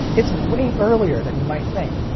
it's way earlier than you might think.